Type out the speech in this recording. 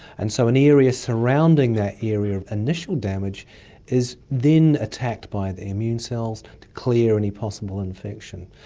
and so an area surrounding that area of initial damage is then attacked by the immune cells to clear any possible infection.